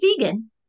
vegan